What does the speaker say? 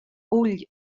ull